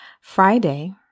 Friday